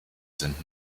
sind